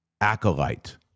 Acolyte